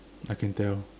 I can tell